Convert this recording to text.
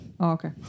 okay